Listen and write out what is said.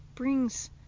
brings